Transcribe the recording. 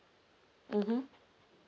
mmhmm